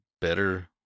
better